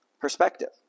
perspective